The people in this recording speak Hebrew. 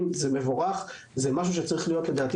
בהמשך לדיון הקודם,